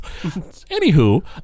Anywho